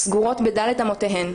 סגורות בדלת אמותיהן,